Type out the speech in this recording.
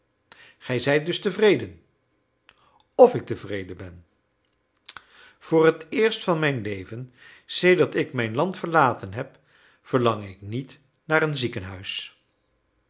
gij zijt dus tevreden of ik tevreden ben voor het eerst van mijn leven sedert ik mijn land verlaten heb verlang ik niet naar het ziekenhuis